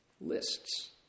Lists